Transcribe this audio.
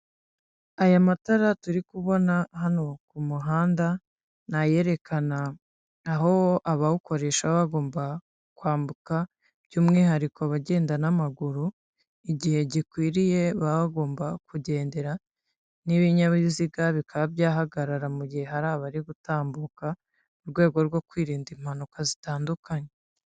Aya matara turi kubona hano mu muhanda, ni ayerekana aho abawukoresha baba bagomba kwambuka by'umwihariko abagenda n'amaguru, igihe gikwiriye baba bagomba kugendera n'ibinyabiziga bikaba byahagarara mu gihe hari abari gutambuka, mu rwego rwo kwirinda impanuka zitandukanye.